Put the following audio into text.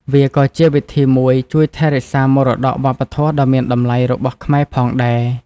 វាក៏ជាវិធីមួយជួយថែរក្សាមរតកវប្បធម៌ដ៏មានតម្លៃរបស់ខ្មែរផងដែរ។